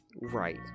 right